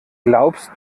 glaubst